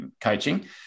coaching